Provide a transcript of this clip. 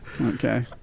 Okay